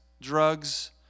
drugs